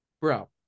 Bro